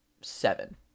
seven